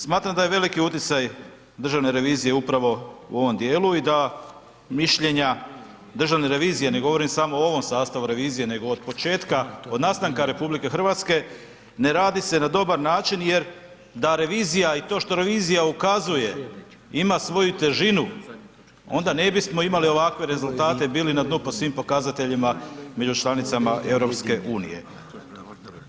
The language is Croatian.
Smatram da je veliki utjecaj Državne revizije upravo u ovom djelu i da mišljenja Državne revizije, ne govorim samo u ovom sastavu revizije nego od početka, od nastanka RH, ne radi se na dobar način jer da revizija i to što revizija ukazuje ima svoju težinu, onda ne bismo imali ovakve rezultati, bili na dnu po svim pokazateljima među članicama EU-a.